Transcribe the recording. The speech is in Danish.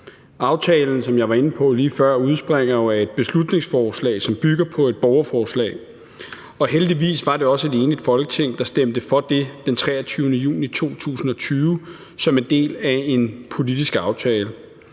før, udspringer jo af et beslutningsforslag, som bygger på et borgerforslag, og heldigvis var det også et enigt Folketing, der stemte for det den 23. juni 2020 som en del af en politisk aftale.